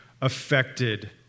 affected